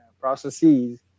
processes